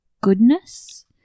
goodness